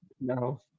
no